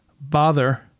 bother